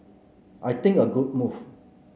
I think a good move